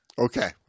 Okay